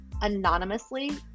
anonymously